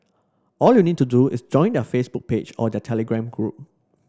all you need to do is join their Facebook page or their Telegram group